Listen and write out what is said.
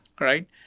Right